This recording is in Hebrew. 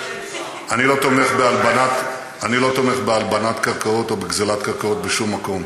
אני לא תומך בהלבנת קרקעות או בגזלת קרקעות בשום מקום,